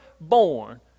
born